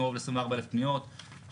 קרוב ל-24,000 פניות,